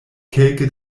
kelke